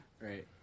right